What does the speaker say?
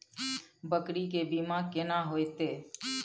बकरी के बीमा केना होइते?